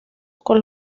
con